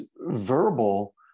verbal